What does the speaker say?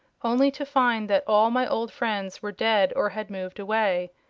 only to find that all my old friends were dead or had moved away.